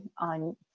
on